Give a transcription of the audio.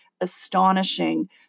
astonishing